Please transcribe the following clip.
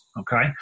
okay